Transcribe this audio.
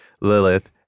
Lilith